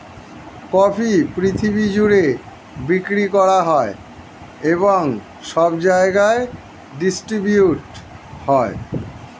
coffee পৃথিবী জুড়ে বিক্রি করা হয় এবং সব জায়গায় ডিস্ট্রিবিউট হয়